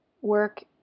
work